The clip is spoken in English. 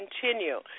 continue